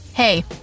Hey